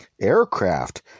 aircraft